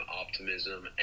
optimism